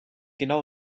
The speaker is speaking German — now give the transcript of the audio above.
genau